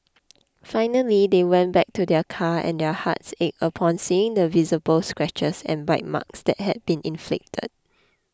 finally they went back to their car and their hearts ached upon seeing the visible scratches and bite marks that had been inflicted